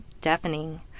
deafening